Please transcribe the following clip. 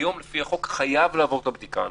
היום לפי החוק הוא חייב לעבור את הבדיקה המהירה.